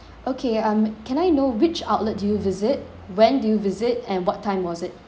okay um can I know which outlet do you visit when do you visit and what time was it